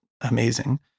amazing